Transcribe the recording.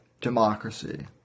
democracy